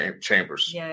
chambers